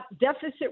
deficit